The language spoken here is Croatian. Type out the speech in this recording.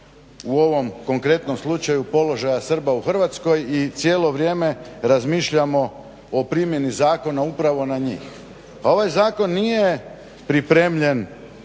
u ovom konkretnom slučaju položaja Srba u Hrvatskoj i cijelo vrijeme razmišljamo o primjeni zakona upravo na njih. Pa ovaj zakon nije pripremljen,